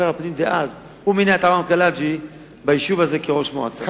שר הפנים דאז הוא מינה את עמרם קלעג'י כראש מועצה ביישוב הזה.